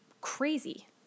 crazy